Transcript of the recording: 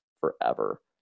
forever